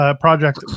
project